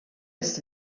ist